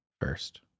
first